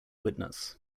witness